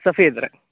سفید رنگ